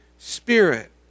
Spirit